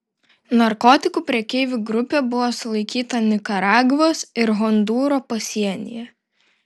narkotikų prekeivų grupė buvo sulaikyta nikaragvos ir hondūro pasienyje